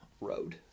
road